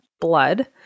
blood